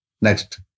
Next